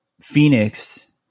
Phoenix